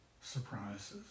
surprises